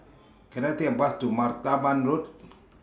Can I Take A Bus to Martaban Road